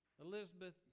Elizabeth